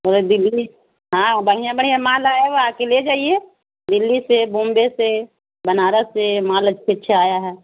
بے دلی ہاں بڑیا بڑھیا مال آیا وہا آ کے لے جائیے دلی سے بومبے سے بنارس سے مال اچھ اچھا آیا ہے